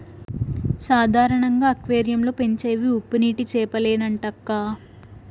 సాధారణంగా అక్వేరియం లో పెంచేవి ఉప్పునీటి చేపలేనంటక్కా